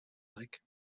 like